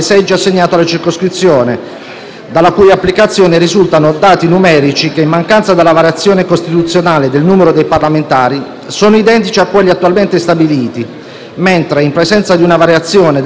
La scorsa legislatura abbiamo fatto un percorso, a mio avviso, di grande coerenza: abbiamo portato avanti la riforma dello Stato e della Costituzione congiuntamente alla riforma della legge elettorale.